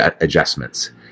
adjustments